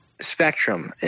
spectrum